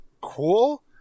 cool